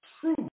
true